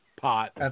pot